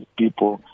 people